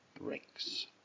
bricks